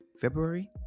February